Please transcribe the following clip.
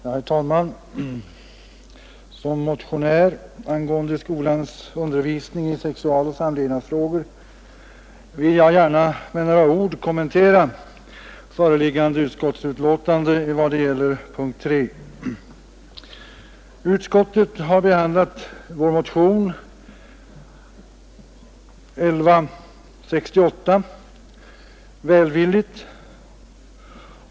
Herr talman! Som motionär angående skolans undervisning i sexualoch samlevnadsfrågor vill jag gärna med några ord kommentera föreliggande utskottsbetänkande med avseende på punkten 3. Utskottet har behandlat den av oss avgivna motionen 1168 välvilligt.